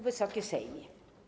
Wysoki Sejmie!